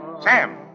Sam